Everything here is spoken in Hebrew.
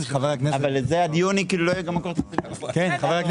לזה אין מקור תקציבי בכלל.